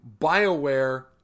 Bioware